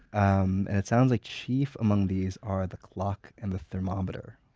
um and it sounds like chief among these are the clock and the thermometer